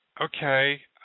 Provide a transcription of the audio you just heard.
okay